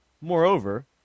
Moreover